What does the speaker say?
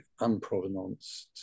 unprovenanced